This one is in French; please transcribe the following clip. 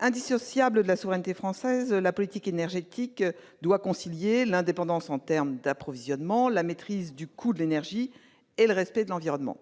indissociable de la souveraineté française, la politique énergétique doit concilier l'indépendance en termes d'approvisionnement, la maîtrise du coût de l'énergie et le respect de l'environnement.